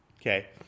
Okay